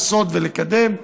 לעשות ולקדם,